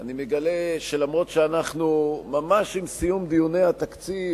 אני מגלה שלמרות שאנחנו ממש עם סיום דיוני התקציב,